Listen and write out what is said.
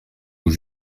haut